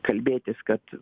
kalbėtis kad